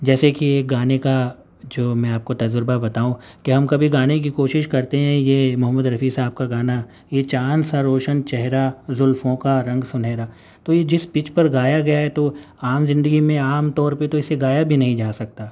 جیسے کہ گانے کا جو میں آپ کو تجربہ بتاؤں کہ ہم کبھی گانے کی کوشش کرتے ہیں یہ محمد رفیع صاحب کا گانا یہ چاند سا روشن چہرہ زلفوں کا رنگ سنہرا تو یہ جس پچ پر گایا گیا ہے تو عام زندگی میں عام طور پہ تو اسے گایا بھی نہیں جا سکتا